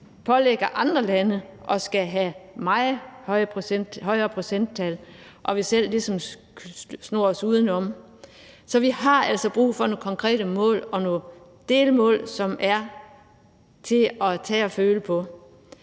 pålægger andre lande at skulle have meget højere procenttal, og at vi selv ligesom snor os udenom. Så vi har altså brug for nogle konkrete mål og nogle delmål, som er til at tage og føle på.